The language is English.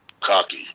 cocky